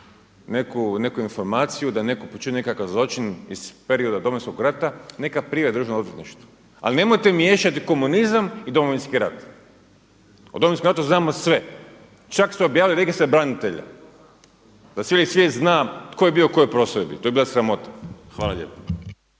neku informaciju da je netko počinio nekakav zločin iz perioda Domovinskog rata neka prijavi Državnom odvjetništvu, ali nemojte miješati komunizam i Domovinski rat. O Domovinskom ratu znamo sve. Čak ste objavili registar branitelja, da cijeli svijet zna tko je bio u kojoj postrojbi. To je bila sramota. Hvala lijepo.